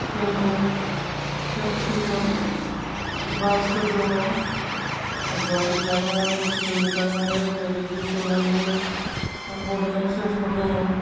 ट्रेनजों train station बासफोर दङ गुवाहाटी थांनो हागोन सिलिगुरि थांनो हागोन ओरै दिफु लामदिं बड'लेण्ड ट्रेन्सपर्ट दङ